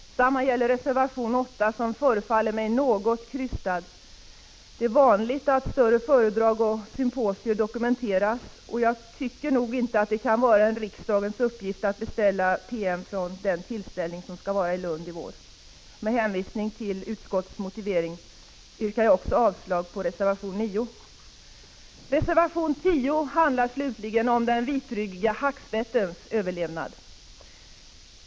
Detsamma gäller reservation 8, som förefaller mig något krystad. Det är vanligt att större föredrag och symposier dokumenteras. Jag tycker inte att det kan vara riksdagens uppgift att beställa en PM från tillställningen i Lund i vår. Med hänvisning till utskottets motivering yrkar jag avslag även på reservation 9. Reservation 10 slutligen handlar om den vitryggiga hackspettens överlevnad.